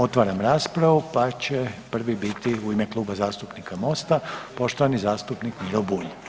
Otvaram raspravu, pa će prvi biti u ime Kluba zastupnika Mosta poštovani zastupnik Miro Bulj.